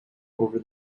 over